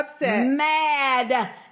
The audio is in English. mad